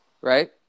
right